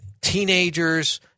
Teenagers